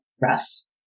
Russ